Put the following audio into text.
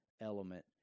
element